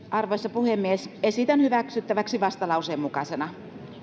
arvoisa puhemies esitän hyväksyttäväksi vastalauseen mukaisena